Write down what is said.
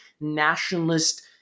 nationalist